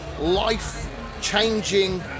life-changing